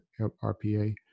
RPA